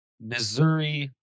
Missouri